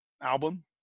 album